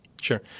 Sure